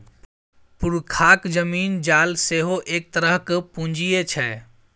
पुरखाक जमीन जाल सेहो एक तरहक पूंजीये छै